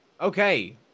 okay